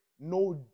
No